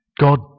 God